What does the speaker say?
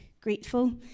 Grateful